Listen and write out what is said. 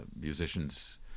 musicians